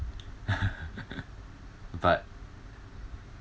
but